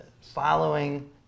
following